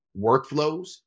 workflows